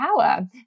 power